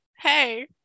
hey